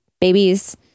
babies